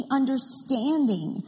understanding